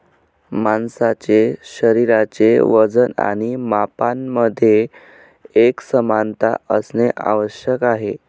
माणसाचे शरीराचे वजन आणि मापांमध्ये एकसमानता असणे आवश्यक आहे